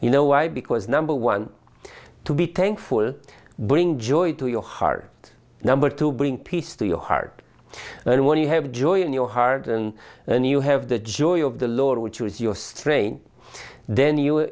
you know why because number one to be tankful bring joy to your heart number to bring peace to your heart and when you have joy in your heart and then you have the joy of the lord which is your strain then you